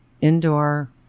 indoor